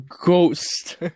Ghost